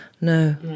No